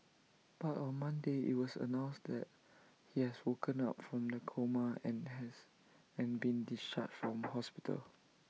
but on Monday IT was announced that he has woken up from the coma and has and been discharged from hospital